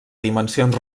dimensions